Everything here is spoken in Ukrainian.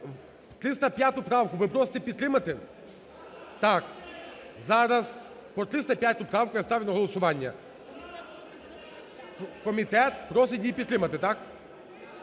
305 правку ви просите підтримати? Так. Зараз 305 правку я ставлю на голосування. Комітет просить її підтримати, так?